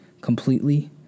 completely